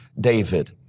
David